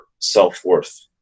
self-worth